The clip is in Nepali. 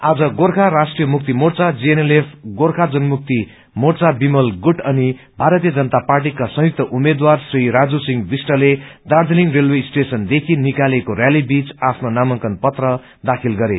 आज गोर्खा राष्टीय मुक्ति मोर्चो जीएनएलएफ गोर्खा जनमुक्ति मोर्चा विमल गुट अनि भारतीय जनता पार्टीका संयुक्त उम्मेद्वार श्री राजु सिंह विष्टले दार्जीलिङ रेलवे स्टेशनदेखि निकालिएको रैली बीच आफ्ना नामांकन पत्र दाखित गरे